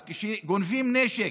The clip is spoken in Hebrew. אז כשגונבים נשק